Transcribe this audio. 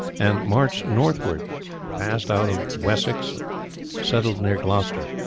and marching northward passed out of wessex and settled near gloucester.